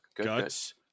guts